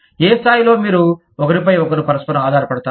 ఏ స్థాయిలలో మీరు ఒకరిపై ఒకరు పరస్పరం ఆధారపడతారు